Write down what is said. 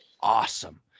awesome